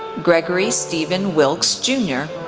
gregory stephen wilkes jr,